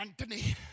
Anthony